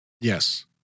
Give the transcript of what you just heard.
Yes